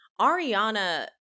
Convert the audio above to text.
Ariana –